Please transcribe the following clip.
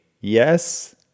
yes